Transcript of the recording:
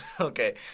okay